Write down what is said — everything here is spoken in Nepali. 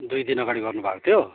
दुई दिन अगाडि गर्नुभएको थियो